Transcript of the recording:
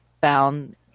found